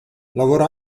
lavora